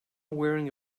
wearing